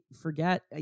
forget